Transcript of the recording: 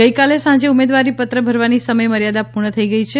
ગઇકાલે સાંજે ઉમેદવારી પત્ર ભરવાની સમય મર્યાદા પૂર્ણ થઈ છે